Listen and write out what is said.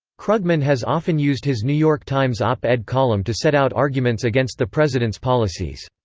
krugman has often used his new york times op-ed column to set out arguments against the president's policies.